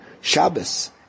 Shabbos